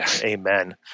Amen